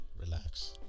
Relax